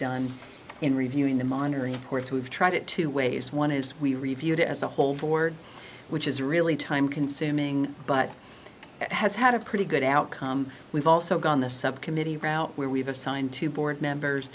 done in reviewing the miner reports we've tried it two ways one is we reviewed it as a whole board which is really time consuming but has had a pretty good outcome we've also gone the subcommittee route where we've assigned to board members